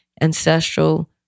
ancestral